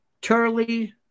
Turley